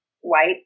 white